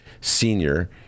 senior